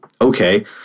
Okay